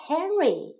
Henry